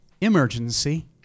emergency